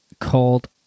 called